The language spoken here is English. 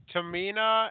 Tamina